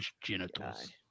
genitals